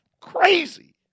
Crazy